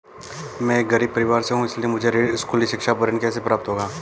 मैं एक गरीब परिवार से हूं इसलिए मुझे स्कूली शिक्षा पर ऋण कैसे प्राप्त होगा?